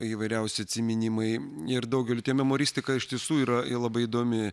įvairiausi atsiminimai ir daugelio tai memuaristika ištiesų yra labai įdomi